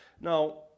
Now